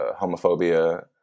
homophobia